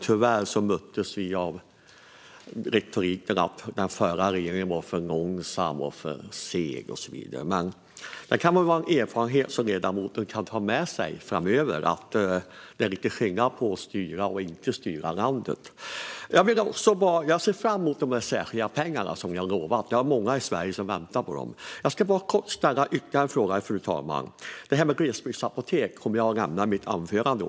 Tyvärr möttes vi då av retoriken att den förra regeringen var för långsam, för seg och så vidare. Det kanske är en erfarenhet som ledamoten kan ta med sig inför framtiden att det är lite skillnad på att styra och att inte styra landet. Jag ser fram emot de särskilda pengar som ni har lovat. Det är många i Sverige som väntar på dem. Jag ska bara kort ställa ytterligare en fråga, fru talman. Det här med glesbygdsapotek kommer jag att ta upp i mitt anförande.